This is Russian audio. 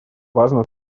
важно